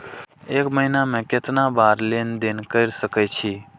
एक महीना में केतना बार लेन देन कर सके छी?